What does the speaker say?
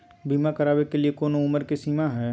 बीमा करावे के लिए कोनो उमर के सीमा है?